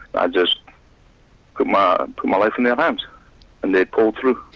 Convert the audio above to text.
but i just put my put my life in their hands and they pulled through.